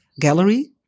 gallery